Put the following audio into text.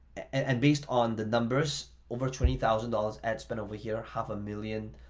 and based on the numbers, over twenty thousand dollars ad spend over here, half a million